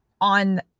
on